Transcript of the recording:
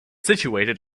situated